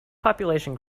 population